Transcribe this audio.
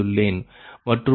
மற்றும் இங்கே இது 39